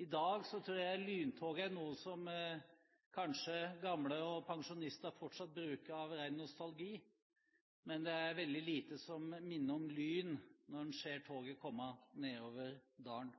I dag tror jeg begrepet «lyntoget» er noe som gamle og pensjonister kanskje fortsatt bruker, av ren nostalgi, men det er veldig lite som minner om lyn når en ser toget komme nedover dalen.